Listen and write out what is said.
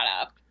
up